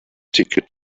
ticket